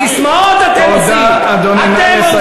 ססמאות אתם עושים.